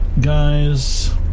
guys